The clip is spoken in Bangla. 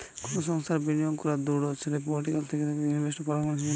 কোনো সংস্থার বিনিয়োগ করাদূঢ় যেই পোর্টফোলিও থাকে তাকে ইনভেস্টমেন্ট পারফরম্যান্স বলে